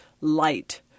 light—